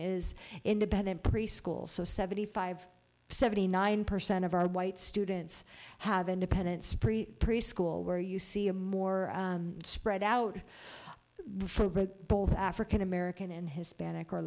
is independent preschool so seventy five seventy nine percent of our white students have independent preschool where you see a more spread out for both african american and hispanic or